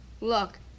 Look